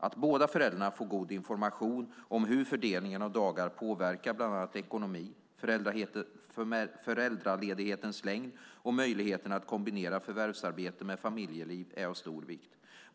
Att båda föräldrarna får god information om hur fördelningen av dagar påverkar bland annat ekonomi, föräldraledighetens längd och möjligheten att kombinera förvärvsarbete med familjeliv är av stor vikt.